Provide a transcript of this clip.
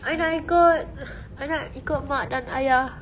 I nak ikut I nak ikut mak dan ayah